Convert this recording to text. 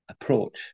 approach